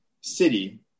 city